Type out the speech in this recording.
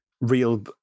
real